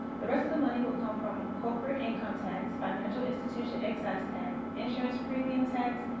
the rest of the money will come from corporate income tax. financial institution excise tax. insurance premium tax.